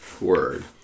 word